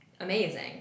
Amazing